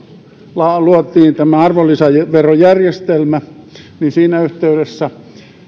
luotiin tämä arvonlisäverojärjestelmä niin siinä yhteydessä